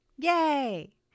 Yay